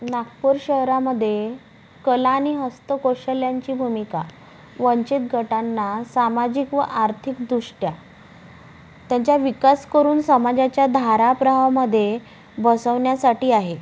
नागपूर शहरामध्ये कला नि हस्तकौशल्यांची भूमिका वंचित गटांना सामाजिक व आर्थिकदृष्ट्या त्यांचा विकास करून समाजाच्या धारा प्रवाहामध्ये बसवण्यासाठी आहे